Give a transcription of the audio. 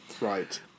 Right